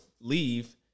leave